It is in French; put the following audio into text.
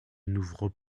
n’ouvre